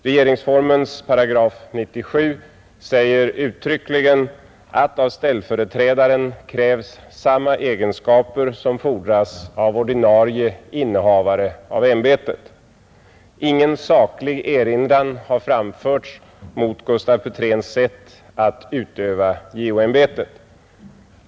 Regeringsformens 97 § säger uttryckligen att av ställföreträdaren krävs samma egenskaper som fordras av ordinarie innehavare av ämbetet. Ingen saklig erinran har framförts mot Gustaf Petréns sätt att utöva JO-ämbetet.